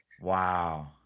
Wow